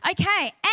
Okay